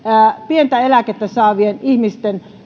pientä eläkettä saavien ihmisten